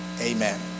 Amen